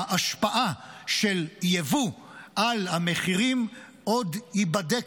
ההשפעה של יבוא על המחירים עוד תיבדק,